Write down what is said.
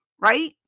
right